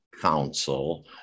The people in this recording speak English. council